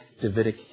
Davidic